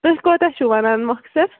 تُہۍ کوٗتاہ چھُو وَنان مۄختصر